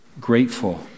Grateful